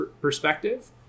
perspective